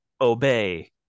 obey